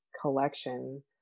collection